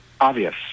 obvious